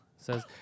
Says